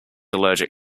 allergic